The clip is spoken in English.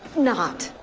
not.